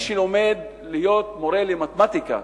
מי שלומד להיות מורה למתמטיקה,